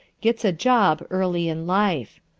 gets a job early in life.